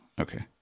Okay